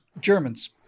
germans